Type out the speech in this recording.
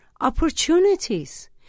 opportunities